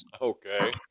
Okay